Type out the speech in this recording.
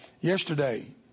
Yesterday